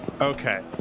Okay